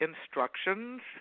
instructions